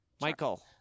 Michael